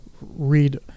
read